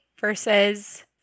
versus